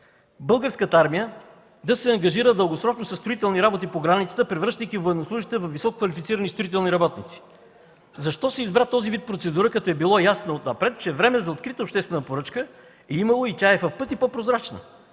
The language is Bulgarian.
Българската армия да се ангажира дългосрочно със строителни работи по границата, превръщайки военнослужещите във висококвалифицирани строителни работници? Защо се избра този вид процедура, като е било ясно отнапред, че време за открита обществена поръчка е имало и тя е в пъти по-прозрачна?